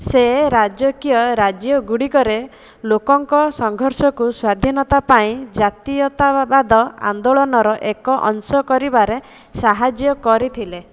ସେ ରାଜକୀୟ ରାଜ୍ୟଗୁଡ଼ିକରେ ଲୋକଙ୍କ ସଂଘର୍ଷକୁ ସ୍ୱାଧୀନତା ପାଇଁ ଜାତୀୟତାବାଦ ଆନ୍ଦୋଳନର ଏକ ଅଂଶ କରିବାରେ ସାହାଯ୍ୟ କରିଥିଲେ